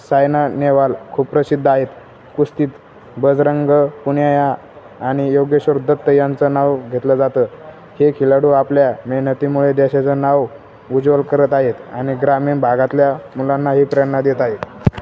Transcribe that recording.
सायना नेहवाल खूप प्रसिद्ध आहेत कुस्तीत बजरंग पुन्याया आणि योग्येश्वर दत्त यांचं नाव घेतलं जातं हे खेळाडू आपल्या मेहनतीमुळे देशाचं नाव उज्वल करत आहेत आणि ग्रामीण भागातल्या मुलांनाही प्रेरणा देत आहे